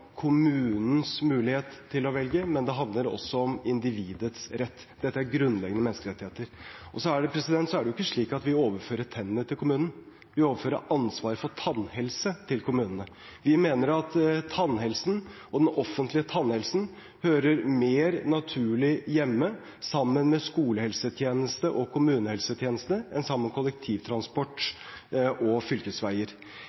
kommunens mulighet til å velge, det handler også om individets rett. Dette er grunnleggende menneskerettigheter. Så er det jo ikke slik at vi overfører tannhelse til kommunen. Vi overfører ansvar for tannhelse til kommunene. Vi mener at den offentlige tannhelsen hører mer naturlig hjemme sammen med skolehelsetjeneste og kommunehelsetjenestene enn sammen med kollektivtransport og fylkesveier.